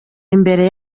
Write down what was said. imbere